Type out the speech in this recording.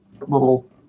little